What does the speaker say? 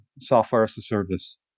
software-as-a-service